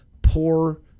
poor